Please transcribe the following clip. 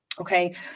Okay